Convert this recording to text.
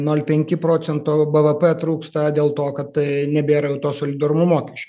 nol penki procento bvp trūksta dėl to kad tai nebėra jau to solidarumo mokesčio